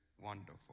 wonderful